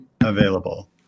available